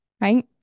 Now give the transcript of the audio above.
right